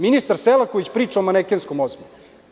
Ministar Selaković priča o manekenskom osmehu.